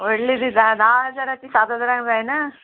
व्हडली ती दिसा धा हजाराची सात हजारांक जायना